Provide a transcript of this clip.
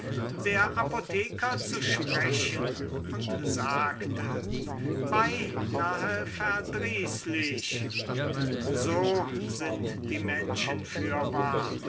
der apotheker zu sprechen und sagte beinahe verdrießlich so sind die menschen fürwahr